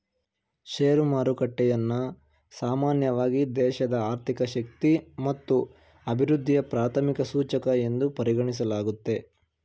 share ಮಾರುಕಟ್ಟೆಯನ್ನ ಸಾಮಾನ್ಯವಾಗಿ ದೇಶದ ಆರ್ಥಿಕ ಶಕ್ತಿ ಮತ್ತು ಅಭಿವೃದ್ಧಿಯ ಪ್ರಾಥಮಿಕ ಸೂಚಕ ಎಂದು ಪರಿಗಣಿಸಲಾಗುತ್ತೆ